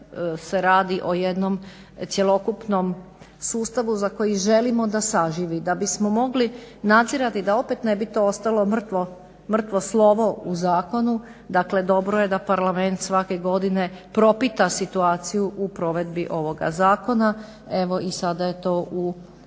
se radi o jednom cjelokupnom sustavu za koji želimo da saživi, da bismo mogli nadzirati da opet ne bi to ostalo mrtvo slovo u zakonu, dakle dobro je da parlament svake godine propita situaciju u provedbi ovoga Zakona. Evo i sada je to u